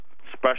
special